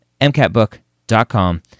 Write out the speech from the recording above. MCATbook.com